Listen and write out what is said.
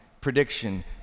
prediction